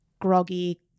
groggy